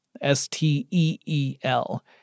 S-T-E-E-L